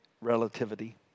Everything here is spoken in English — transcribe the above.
relativity